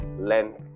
length